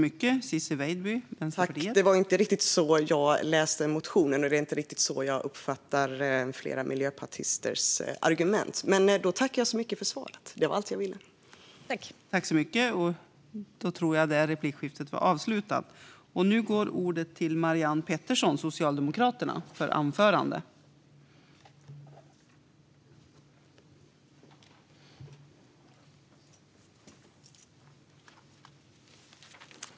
Fru talman! Det var inte riktigt så jag läste motionen, och det är inte riktigt så jag uppfattar flera miljöpartisters argument. Men jag tackar för svaret. Det var allt jag ville veta.